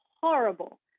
horrible